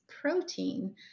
protein